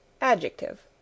Adjective